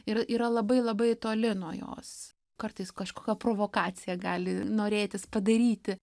ir yra labai labai toli nuo jos kartais kažkokią provokaciją gali norėtis padaryti